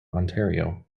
ontario